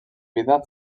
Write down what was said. vida